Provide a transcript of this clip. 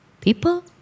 people